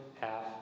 half